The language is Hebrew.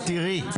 אבל תראי,